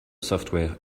software